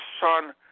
Son